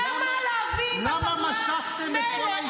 למה להביא --- למה משכתם את כל ההסתייגויות?